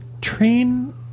train